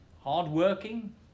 hardworking